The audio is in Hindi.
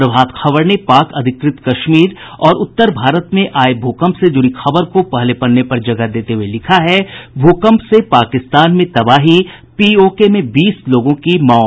प्रभात खबर ने पाक अधिकृत कश्मीर और उत्तर भारत में आये भूकम्प से जुड़ी खबर को पहले पन्ने पर जगह देते हुये लिखा है भूकम्प से पाकिस्तान में तबाही पीओके में बीस लोगों की मौत